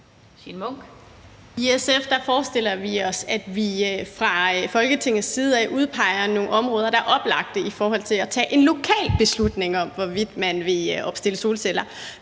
I SF forestiller vi os, at vi fra Folketingets side udpeger nogle områder, der er oplagte i forhold til at tage en lokal beslutning om, hvorvidt man vil opstille solceller.